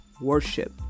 worship